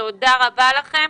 תודה רבה לכם.